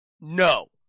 No